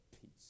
peace